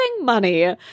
money